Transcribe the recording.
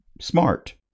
smart